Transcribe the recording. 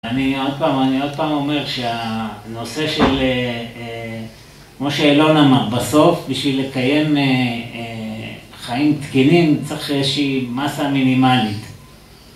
אני עוד פעם, אני עוד פעם אומר שהנושא של כמו שאילון אמר, בסוף בשביל לקיים חיים תקינים צריך איזה שהיא מסה מינימלית